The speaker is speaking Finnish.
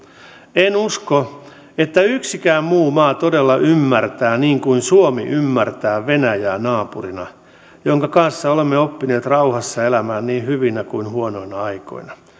en usko että yksikään muu maa todella ymmärtää niin kuin suomi ymmärtää venäjää naapurina jonka kanssa olemme oppineet rauhassa elämään niin hyvinä kuin huonoina aikoina